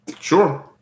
Sure